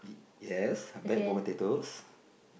yes a bag of potatoes